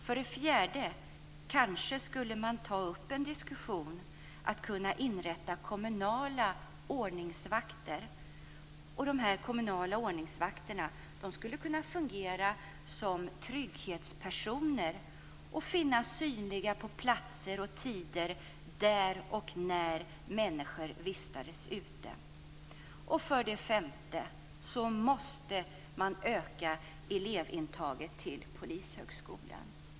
· För det fjärde skulle man kanske ta upp en diskussion om att inrätta kommunala ordningsvakter. Dessa kommunala ordningsvakter skulle kunna fungera som trygghetspersoner och finnas synliga på platser och tider där och när människor vistas ute. · För det femte måste man öka elevintagningarna till Polishögskolan.